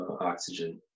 oxygen